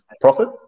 profit